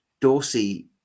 Dorsey